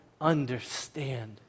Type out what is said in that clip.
understand